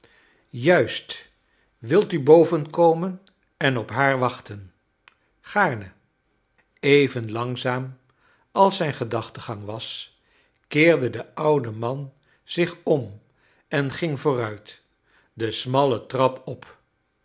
juist wilt u boven komen en op haar wachten gaarne even langzaam als zijn gedachtengang was keerde de oude man zich om en ging vooruit de smalle trap op